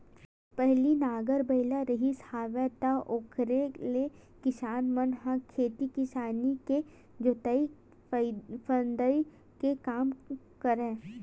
पहिली नांगर बइला रिहिस हेवय त ओखरे ले किसान मन ह खेती किसानी के जोंतई फंदई के काम ल करय